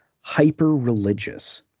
hyper-religious